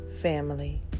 family